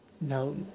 no